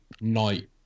Night